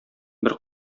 бер